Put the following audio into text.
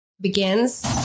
begins